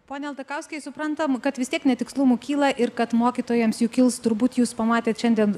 pone aldakauskai suprantam kad vis tiek netikslumų kyla ir kad mokytojams jų kils turbūt jūs pamatėt šiandien